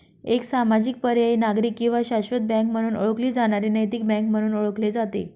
एक सामाजिक पर्यायी नागरिक किंवा शाश्वत बँक म्हणून ओळखली जाणारी नैतिक बँक म्हणून ओळखले जाते